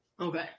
okay